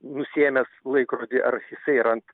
nusiėmęs laikrodį ar jisai yra ant